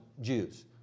Jews